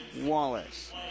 Wallace